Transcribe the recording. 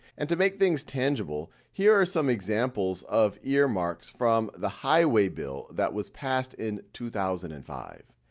and to make things tangible, here are some examples of earmarks from the highway bill that was passed in two thousand and five.